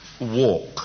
Walk